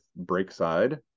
Breakside